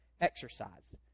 exercise